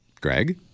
Greg